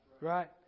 Right